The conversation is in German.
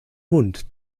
hund